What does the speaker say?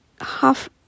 half